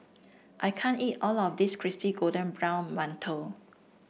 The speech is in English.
I can't eat all of this Crispy Golden Brown Mantou